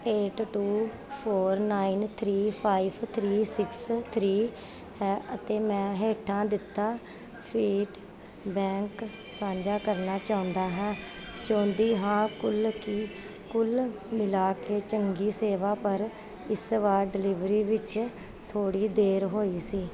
eight two four nine three five three six three ਹੈ ਅਤੇ ਮੈਂ ਹੇਠਾਂ ਦਿੱਤਾ ਫੀਡਬੈਕ ਸਾਂਝਾ ਕਰਨਾ ਚਾਹੁੰਦਾ ਹਾਂ ਚਾਹੁੰਦੀ ਹਾਂ ਕੁੱਲ ਕਿ ਕੁੱਲ ਮਿਲਾ ਕੇ ਚੰਗੀ ਸੇਵਾ ਪਰ ਇਸ ਵਾਰ ਡਿਲਿਵਰੀ ਵਿੱਚ ਥੋੜ੍ਹੀ ਦੇਰ ਹੋਈ ਸੀ